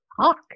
talk